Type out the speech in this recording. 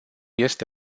este